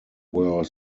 were